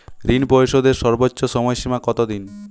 ঋণ পরিশোধের সর্বোচ্চ সময় সীমা কত দিন?